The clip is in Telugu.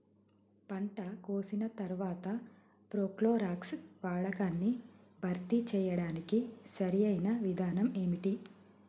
పంట కోసిన తర్వాత ప్రోక్లోరాక్స్ వాడకాన్ని భర్తీ చేయడానికి సరియైన విధానం ఏమిటి?